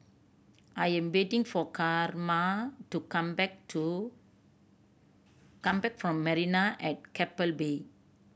I am waiting for Carma to come back to come back from Marina at Keppel Bay